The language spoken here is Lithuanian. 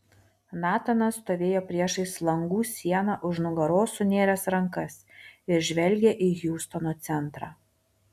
natanas stovėjo priešais langų sieną už nugaros sunėręs rankas ir žvelgė į hjustono centrą